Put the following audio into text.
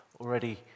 already